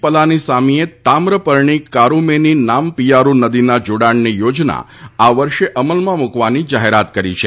પલ્લાનીસામીએ તામ્રપર્ણી કારુમેની નામપીયારુ નદીના જોડાણની યોજના આ વર્ષે અમલમાં મૂકવાની જાહેરાત કરી છે